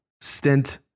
stint